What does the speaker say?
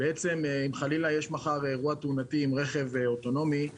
אם חלילה יש מחר אירוע תאונתי עם רכב אוטונומי,